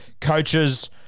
coaches